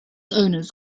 owners